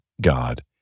God